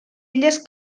illes